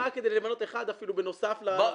כדי למנות אפילו אחד בנוסף לרשימה?